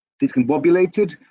discombobulated